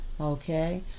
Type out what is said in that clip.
okay